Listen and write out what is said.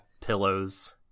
pillows